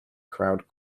crowd